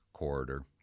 corridor